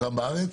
כאן בארץ?